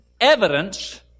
evidence